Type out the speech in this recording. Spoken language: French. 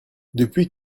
depuis